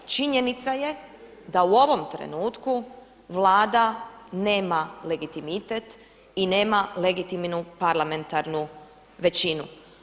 Činjenica je da u ovom trenutku Vlada nema legitimitet i nema legitimnu parlamentarnu većinu.